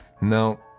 no